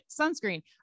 sunscreen